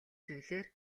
зүйлээр